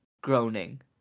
groaning